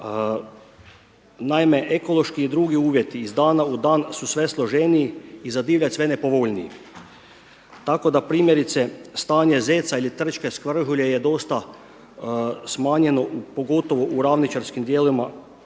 Naime, ekološki i drugi uvjeti iz dana u dan su sve složeniji i za divljač sve nepovoljniji. Tako da primjerice stanje zeca ili trčke skrhulje je dosta smanjeno pogotovo u ravničarskim dijelovima